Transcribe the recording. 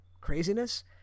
craziness